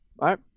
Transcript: right